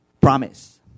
Promise